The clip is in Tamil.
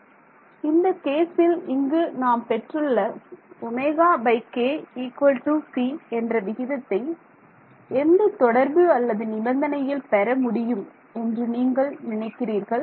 மாணவர் இந்த கேசில் இங்கு நாம் பெற்றுள்ள ωk c என்ற விகிதத்தை எந்த தொடர்பு அல்லது நிபந்தனையில் பெற முடியும் என்று நீங்கள் நினைக்கிறீர்கள்